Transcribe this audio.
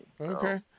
Okay